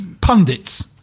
pundits